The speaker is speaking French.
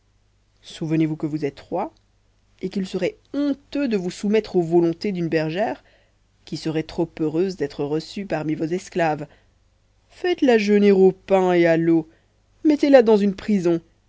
souvenez-vous que vous êtes roi et qu'il serait honteux de vous soumettre aux volontés d'une bergère qui serait trop heureuse d'être reçue parmi vos esclaves faites-la jeûner au pain et à l'eau mettez-la dans une prison